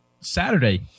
Saturday